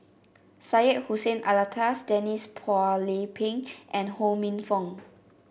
Syed Hussein Alatas Denise Phua Lay Peng and Ho Minfong